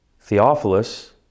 Theophilus